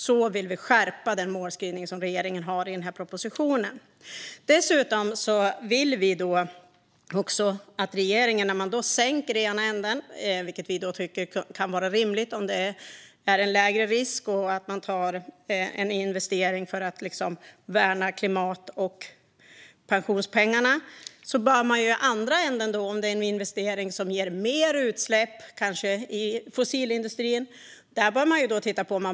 Så vill vi skärpa den målskrivning regeringen har i propositionen. Om regeringen sänker i ena änden, vilket kan vara rimligt om risken är lägre och investeringen görs för att värna klimat och pensionspengar, bör man kanske höja kapitaltäckningskraven i andra änden om investeringen i till exempel fossilindustrin ger mer utsläpp.